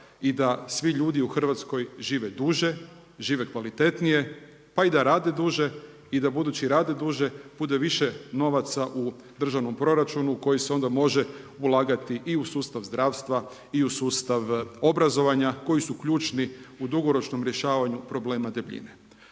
i da svi ljudi u Hrvatskoj žive duže, žive kvalitetnije, pa i da rade duže i da budući rade duže, bude više novaca u državnom proračunu koji se onda može ulagati i u sustav zdravstva i u sustav obrazovanja, koji su ključni u dugoročnom rješavanju problema debljine.